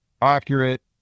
accurate